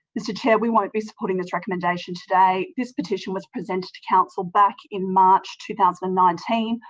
mr chair, we won't be supporting this recommendation today. this petition was presented to council back in march two thousand and nineteen,